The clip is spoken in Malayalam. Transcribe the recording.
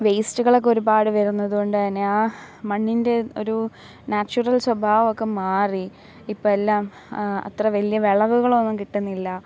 വേസ്റ്റുകൾ ഒക്കെ ഒരുപാട് വരുന്നത് കൊണ്ട് തന്നെ ആ മണ്ണിന്റെ ഒരു നാച്ചുറൽ സ്വഭാവം ഒക്കെ മാറി ഇപ്പോൾ എല്ലാം അത്ര വലിയ വിളവുകൾ ഒന്നും കിട്ടുന്നില്ല